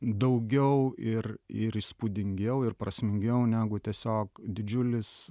daugiau ir ir įspūdingiau ir prasmingiau negu tiesiog didžiulis